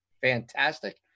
fantastic